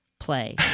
play